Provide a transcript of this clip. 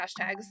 hashtags